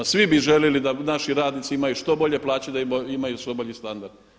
Svi bi željeli da naši radnici imaju što bolje plaće, da imaju što bolji standard.